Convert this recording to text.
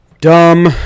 Dumb